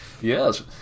Yes